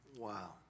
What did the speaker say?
Wow